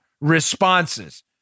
responses